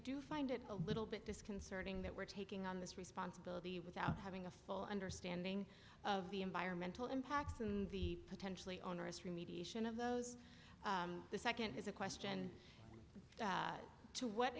do find it a little bit disconcerting that we're taking on this responsibility without having a full understanding of the environmental impact and the potentially onerous remediation of those the second is a question to what